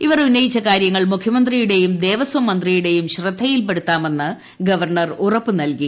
ഇവർ ഉന്നയിച്ച കാര്യങ്ങൾ മുഖൃമന്ത്രിയുടെയും ദേവസ്വം മന്ത്രിയുടെയും ശ്രദ്ധയിൽപ്പെടുത്താമെന്ന് ഗവർണർ ഉറപ്പു നൽകി